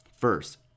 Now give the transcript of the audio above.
first